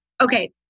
okay